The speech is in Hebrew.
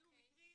אלו מקרים,